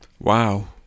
Wow